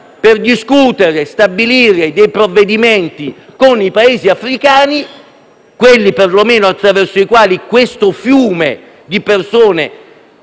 per discutere e stabilire dei provvedimenti con i Paesi africani, perlomeno con quelli attraverso i quali questo fiume di persone